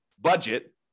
budget